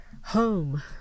home